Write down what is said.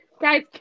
Guys